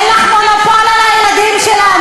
זה הילדים שלנו, אין לך מונופול על הילדים שלנו.